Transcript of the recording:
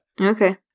Okay